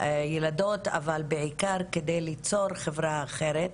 והילדות, אבל בעיקר כדי ליצור חברה אחרת,